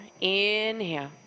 inhale